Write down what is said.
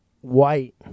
White